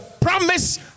promise